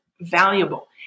valuable